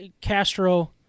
Castro